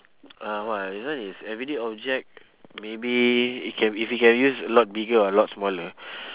uh !wah! this one is everyday object maybe it can if we can use a lot bigger or a lot smaller